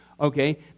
Okay